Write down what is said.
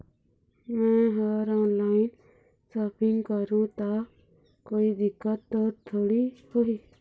मैं हर online shopping करू ता कोई दिक्कत त थोड़ी होही?